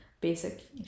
basic